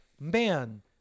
man